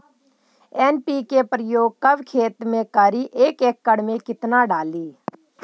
NPK प्रयोग कब खेत मे करि एक एकड़ मे कितना डाली?